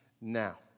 now